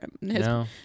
No